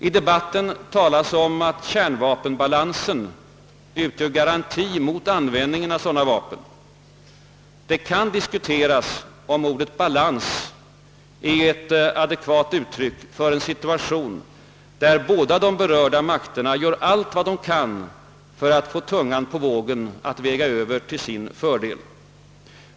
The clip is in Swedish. I debatten talas det om att kärnvapenbalansen utgör garanti mot användning av sådana vapen. Det kan diskuteras om ordet »balans» är ett adekvat uttryck för en situation, där båda de berörda makterna gör allt vad de kan för att få tungan på vågen att väga Över till sin fördel.